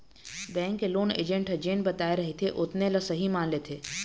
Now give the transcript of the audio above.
bank के loan agent ह जेन बताए रहिथे ओतने ल सहीं मान लेथे